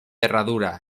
herradura